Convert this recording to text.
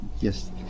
yes